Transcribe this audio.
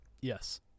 yes